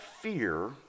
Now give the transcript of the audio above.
fear